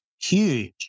huge